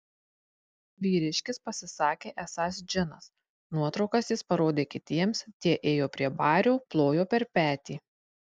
vyriškis pasisakė esąs džinas nuotraukas jis parodė kitiems tie ėjo prie bario plojo per petį